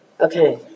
Okay